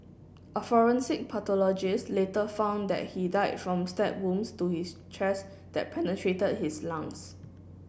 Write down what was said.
a forensic pathologist later found that he died from stab wounds to his chest that penetrated his lungs